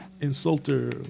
Insulter